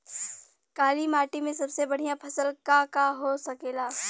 काली माटी में सबसे बढ़िया फसल का का हो सकेला?